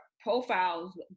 profiles